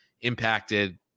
impacted